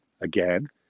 again